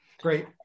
Great